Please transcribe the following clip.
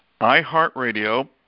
iHeartRadio